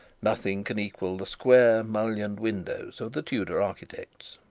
nothing can equal the square mullioned windows of the tudor architects.